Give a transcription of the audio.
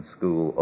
School